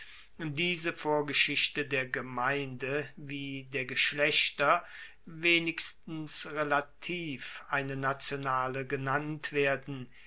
diese vorgeschichte der gemeinde wie der geschlechter wenigstens relativ eine nationale genannt werden